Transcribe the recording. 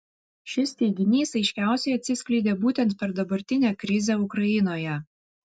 šis teiginys aiškiausiai atsiskleidė būtent per dabartinę krizę ukrainoje